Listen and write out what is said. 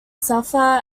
suffer